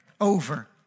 over